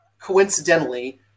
coincidentally